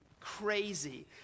crazy